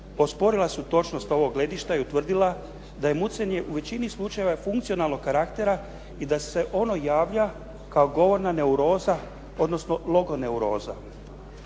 osporila su točnost ovog gledišta i utvrdila da je mucanje u većini slučajeva je funkcionalnog karaktera i da se ono javlja kao govorna neuroza, odnosno logo neuroza.